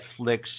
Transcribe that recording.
Netflix